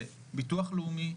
זה ביטוח לאומי,